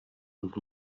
und